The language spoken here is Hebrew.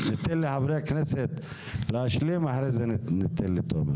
ניתן לחברי הכנסת להשלים, ואחרי זה ניתן לתומר.